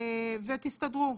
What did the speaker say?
תסתדרו.